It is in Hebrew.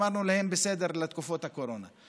אמרנו להם: בסדר, לתקופת הקורונה.